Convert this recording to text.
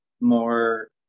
more